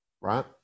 right